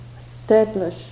establish